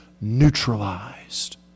neutralized